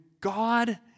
God